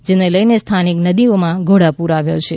જેને લઈને સ્થાનિક નદીમાં ઘોડાપૂર આવ્યુ છે